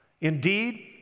Indeed